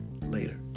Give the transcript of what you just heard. Later